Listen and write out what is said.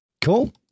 Cool